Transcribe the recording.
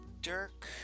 Dirk